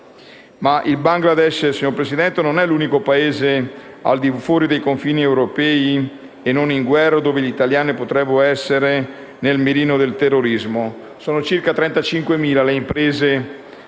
Ma il Bangladesh, signor Presidente, non è l'unico Paese al di fuori dei confini europei e non in guerra dove gli italiani potrebbero essere nel mirino del terrorismo. Sono circa 35.000 le imprese sparse